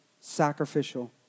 sacrificial